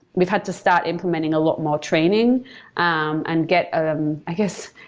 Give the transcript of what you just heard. we've had to start implementing a lot more training and get ah um i guess,